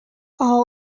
all